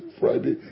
Friday